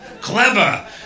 clever